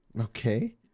Okay